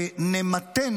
ונמתן